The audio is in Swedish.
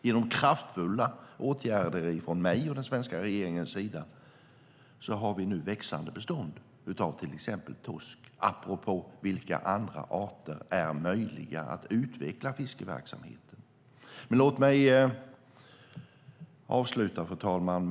Genom kraftfulla åtgärder från mig och den svenska regeringen har vi nu växande bestånd av till exempel torsk, apropå vilka andra arter som är möjliga att utveckla fiskeverksamhet för. Fru talman!